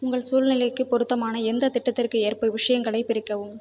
உங்கள் சூழ்நிலைக்கு பொருத்தமான எந்த திட்டத்திற்கு ஏற்ப விஷயங்களைப் பிரிக்கவும்